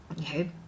Okay